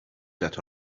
that